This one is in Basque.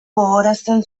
gogorarazten